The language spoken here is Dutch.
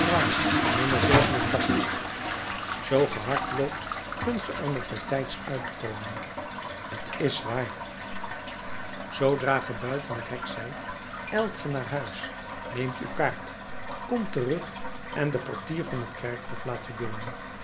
no zoo ge hard loopt kunt ge er nog bijtijds uitkomen t is waar zoodra ge buiten het hek zijt ijlt ge naar huis neemt uw kaart komt terug en de portier van het kerkhof laat u binnen